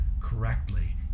correctly